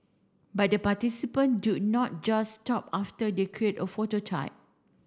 but the participant do not just stop after they create a phototype